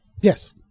Yes